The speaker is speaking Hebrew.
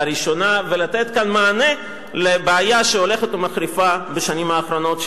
ראשונה ולתת כאן מענה לבעיה שהולכת ומחריפה בשנים האחרונות,